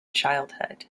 childhood